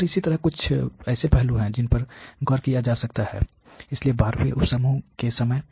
और इसी तरह कुछ ऐसे पहलू हैं जिन पर गौर किया जा सकता है इसलिए 12 वें उप समूह के समय